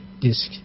disk